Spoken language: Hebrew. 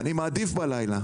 אני מעדיף בלילה.